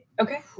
okay